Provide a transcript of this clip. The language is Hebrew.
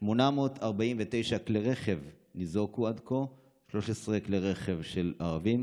849 כלי רכב ניזוקו עד כה, 13 כלי רכב של ערבים,